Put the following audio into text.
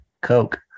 Coke